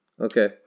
Okay